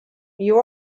you